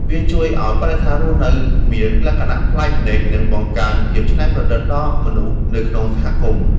វាជួយឱ្យបរិស្ថានរស់នៅមានលក្ខណៈប្លែកភ្នែក និងបង្កើនភាពច្នៃប្រឌិតដល់មនុស្សនៅក្នុងសហគមន៍។